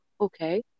okay